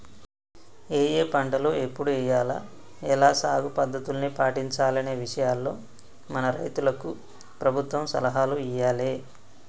ఏఏ పంటలు ఎప్పుడు ఎయ్యాల, ఎలా సాగు పద్ధతుల్ని పాటించాలనే విషయాల్లో మన రైతులకు ప్రభుత్వం సలహాలు ఇయ్యాలే